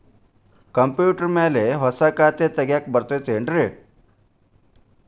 Computer ಮ್ಯಾಲೆ ಹೊಸಾ ಖಾತೆ ತಗ್ಯಾಕ್ ಬರತೈತಿ ಏನ್ರಿ?